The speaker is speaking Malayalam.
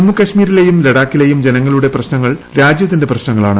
ജമ്മു കാശ്മീരിലെയും ലഡാക്കിലെയും ജനങ്ങളുടെ പ്രശ്നങ്ങൾ രാജ്യത്തിന്റെ പ്രശ്നങ്ങളാണ്